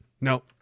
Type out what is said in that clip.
No